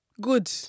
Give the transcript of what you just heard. Good